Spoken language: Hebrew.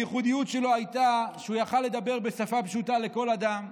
הייחודיות שלו הייתה שהוא היה יכול לדבר בשפה פשוטה לכל אדם.